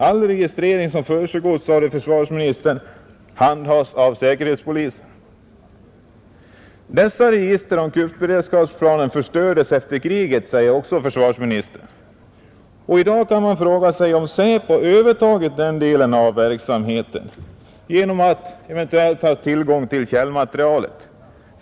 All registrering som försiggår, sade försvarsministern, handhas av säkerhetspolisen. Dessa register och den s.k. kuppberedskapsplanen förstördes efter kriget, sade också försvarsministern. I dag kan man fråga sig om SÄPO övertagit den delen av verksamheten genom att eventuellt ha tillgång till källmaterialet.